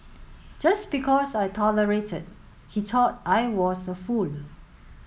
just because I tolerated he thought I was a fool